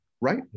Right